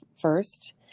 first